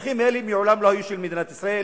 השטחים האלה מעולם לא היו של מדינת ישראל,